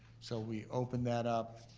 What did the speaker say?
so we open that up.